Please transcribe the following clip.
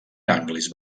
ganglis